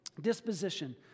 Disposition